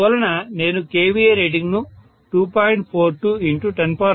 అందువలన నేను kVA రేటింగ్ను 2